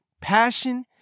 passion